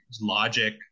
logic